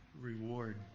reward